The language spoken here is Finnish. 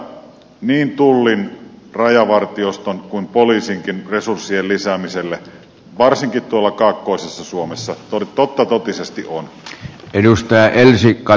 tarvetta niin tullin rajavartioston kuin poliisinkin resurssien lisäämiselle varsinkin tuolla kaakkoisessa suomessa totta totisesti on